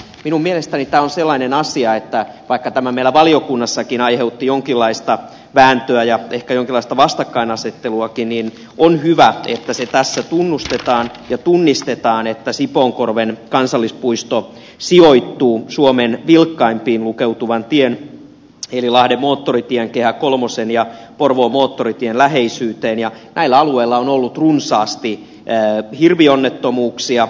minun mielestäni tämä on sellainen asia että vaikka tämä meillä valiokunnassakin aiheutti jonkinlaista vääntöä ja ehkä jonkinlaista vastakkainasetteluakin niin on hyvä että tunnustetaan ja tunnistetaan että sipoonkorven kansallispuisto sijoittuu suomen vilkkaimpiin lukeutuvien teiden eli lahden moottoritien kehä iiin ja porvoon moottoritien läheisyyteen ja näillä alueilla on ollut runsaasti hirvionnettomuuksia